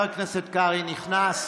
אתה תצא, וכשאני אצביע, אתה תיכנס.